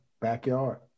backyard